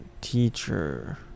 teacher